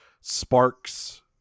Sparks